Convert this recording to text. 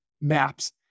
maps